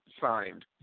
signed